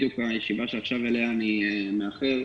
בדיוק הישיבה שאליה עכשיו אני מאחר,